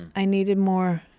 i needed more,